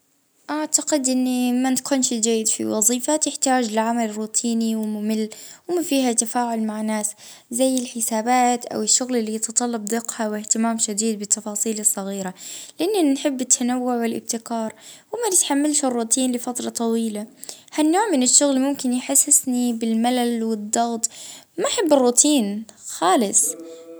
اه انظني ما نصلحش في الخدمة اللي تتطلب ال-العمل اليدوي والشاق والرتيب اه زي الخدمة في المصانع و الشغل الروتوني الروتيني اللي ما فيش فيه تغيير.